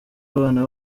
abana